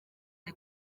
ari